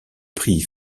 pris